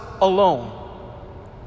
alone